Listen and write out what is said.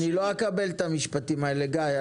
אני לא אקבל את המשפטים האלה, גיא.